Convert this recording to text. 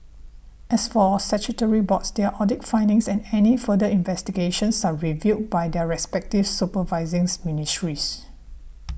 as for statutory boards their audit findings and any further investigations are reviewed by their respective supervising ministries